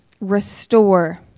Restore